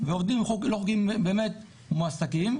והעובדים מועסקים,